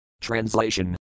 Translation